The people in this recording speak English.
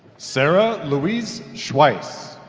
sarah louise schweiss